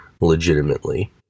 legitimately